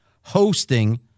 hosting